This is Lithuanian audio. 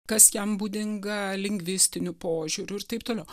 kas jam būdinga lingvistiniu požiūriu ir taip toliau